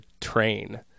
train